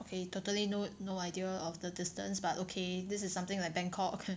okay totally no no idea of the distance but okay this is something like Bangkok